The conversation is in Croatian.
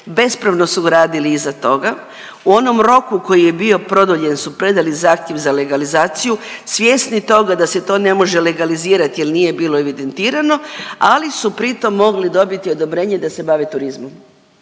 bespravno su gradili iza toga u onom roku koji je bio produljen su predali zahtjev za legalizaciju svjesni toga da se to ne može legalizirat jel nije bilo evidentirano, ali su pri tom mogli dobiti odobrenje da se bave turizmom.